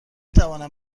توانم